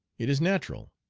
it is natural.